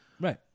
Right